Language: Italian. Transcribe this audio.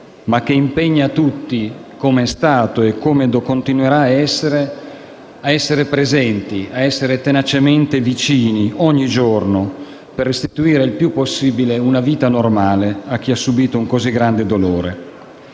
ma che impegna tutti, come è stato e come continuerà a essere, a essere presenti, a essere tenacemente vicini ogni giorno, per restituire il più possibile una vita normale a chi ha subito un così grande dolore.